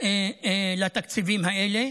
לתקציבים האלה.